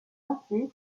entier